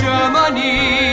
Germany